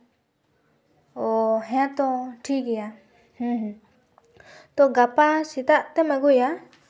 ᱚᱸᱻ ᱦᱮᱸᱛᱚ ᱴᱷᱤᱠᱜᱮᱭᱟ ᱦᱩᱸ ᱦᱩᱸ ᱛᱚ ᱜᱟᱯᱟ ᱥᱮᱛᱟᱜ ᱛᱮᱢ ᱟᱹᱜᱩᱭᱟ